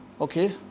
Okay